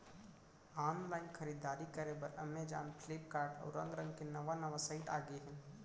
online खरीददारी करे बर अमेजॉन, फ्लिपकार्ट, अउ रंग रंग के नवा नवा साइट आगे हे